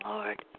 Lord